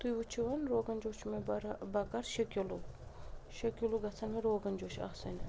تُہۍ وُچھِو روغن جوش چھِ مےٚ بَکار شےٚ کِلوٗ شےٚ کِلوٗ گَژھیٚن مےٚ روغن جوش آسٕنۍ